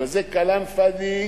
אבל זה כלאם פאד'י